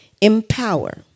empower